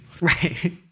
Right